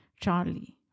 Charlie